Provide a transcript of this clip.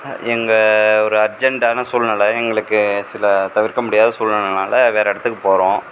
இங்க ஒரு அர்ஜெண்டான சூழ்நிலை எங்களுக்கு சில தவிர்க்க முடியாத சூழ்நிலனால வேற இடத்துக்கு போகிறோம்